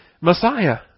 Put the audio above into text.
Messiah